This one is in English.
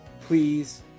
please